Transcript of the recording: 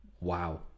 wow